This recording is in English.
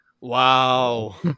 wow